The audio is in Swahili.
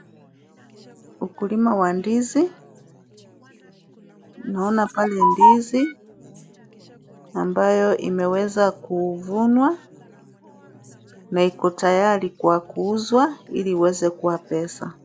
Ukulima wa ndizi. Naona pale ndizi ambayo imeweza kuvunwa na iko tayari kwa kuuzwa ili iweze kuwa pesa.